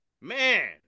Man